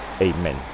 Amen